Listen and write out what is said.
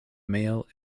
male